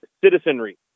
citizenry